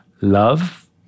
love